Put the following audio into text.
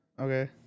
Okay